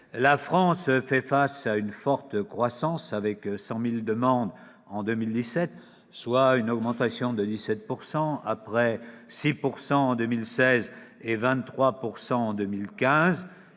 la France fait face à une forte croissance, avec 100 000 demandes en 2017, soit une augmentation de 17 %, après des hausses de 6 % en 2016